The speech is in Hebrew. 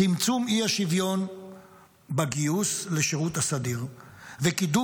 צמצום אי-השוויון בגיוס לשירות הסדיר וקידום